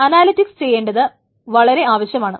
analytics ചെയ്യേണ്ടത് വളരെ ആവശ്യമാണ്